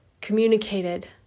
communicated